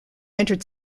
entered